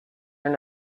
your